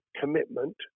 commitment